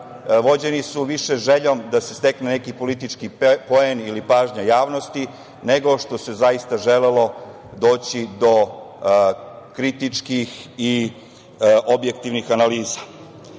vođeni su više željom da se stekne neki politički poen ili pažnja javnosti nego što se zaista želelo doći do kritičkih i objektivnih analiza. Nijedan